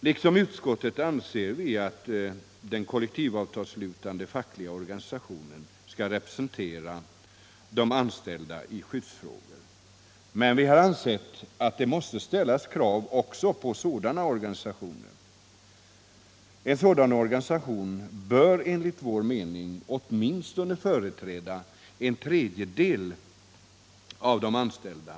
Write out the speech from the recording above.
Liksom utskottet anser vi att den kollektivavtalsslutande fackiiga organisationen skall representera de anställda i skyddsfrågor. Men vi har ansett att det måste ställas krav också på sådana organisationer. En sådan organisation bör enligt vår mening åtminstone företräda en tredjedel av de anställda.